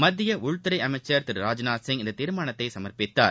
மத்தியஉள்துறைஅமைச்சர் திரு ராஜ்நாத் சிங் இந்தத் தீர்மானத்தைசமர்ப்பித்தார்